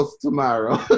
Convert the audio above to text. tomorrow